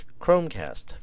chromecast